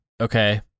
Okay